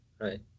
Right